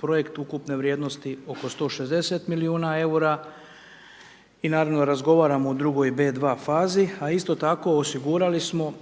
projekt ukupne vrijednosti oko 160 milijuna EUR-a. I naravno, razgovaramo o drugoj B2 fazi. A, isto tako, osigurali smo